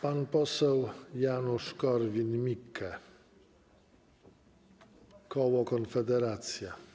Pan poseł Janusz Korwin-Mikke, koło Konfederacja.